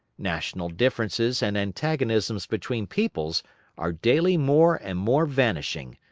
national differences and antagonisms between peoples are daily more and more vanishing,